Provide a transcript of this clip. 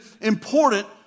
important